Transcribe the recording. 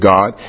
God